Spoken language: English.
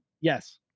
Yes